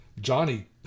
johnny